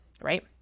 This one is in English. right